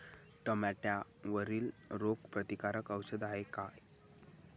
टमाट्यावरील रोग प्रतीकारक औषध हाये का?